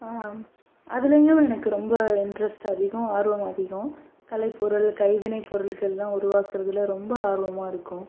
அதுலேயும் எனக்கு ரொம்ப இன்ட்ரஸ்ட் அதிகம் ஆர்வம் அதிகம் கலை பொருள் கைவினை பொருள்களெலாம் உருவாக்குறதில் ரொம்ப ஆர்வமாக இருக்கும்